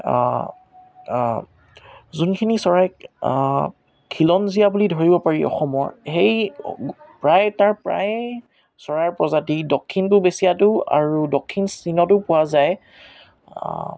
যোনখিনি চৰাইক খিলঞ্জীয়া বুলি ধৰিব পাৰি অসমৰ সেই প্ৰায় তাৰ প্ৰায় চৰাই প্ৰজাতি দক্ষিণ পূৱ এছিয়াতো আৰু দক্ষিণ চীনতো পোৱা যায়